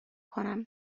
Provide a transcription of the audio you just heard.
کنم